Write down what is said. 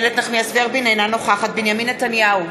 אינה נוכחת בנימין נתניהו,